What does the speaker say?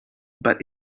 but